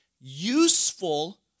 useful